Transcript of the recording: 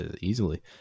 Easily